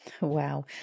Wow